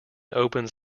opens